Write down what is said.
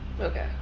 Okay